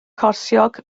corsiog